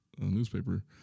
newspaper